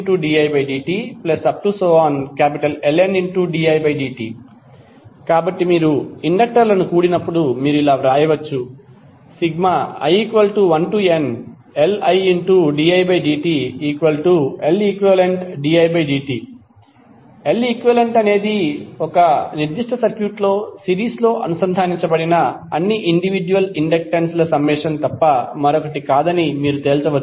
vL1didtL2didtLndidt కాబట్టి మీరు అన్ని ఇండక్టర్లను కూడినప్పుడు మీరు ఇలా వ్రాయవచ్చు i1nLididtLeqdidt L ఈక్వివాలెంట్ అనేది నిర్దిష్ట సర్క్యూట్లో సిరీస్లో అనుసంధానించబడిన అన్ని ఇండివిడ్యుయల్ ఇండక్టెన్స్ ల సమ్మేషన్ తప్ప మరొకటి కాదని మీరు తేల్చవచ్చు